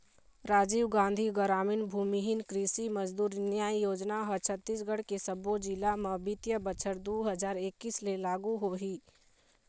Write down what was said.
राजीव गांधी गरामीन भूमिहीन कृषि मजदूर न्याय योजना ह छत्तीसगढ़ के सब्बो जिला म बित्तीय बछर दू हजार एक्कीस ले लागू होही